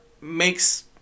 makes